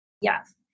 Yes